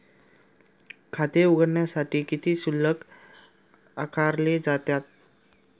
खाते उघडण्यासाठी किती शुल्क आकारले जाते?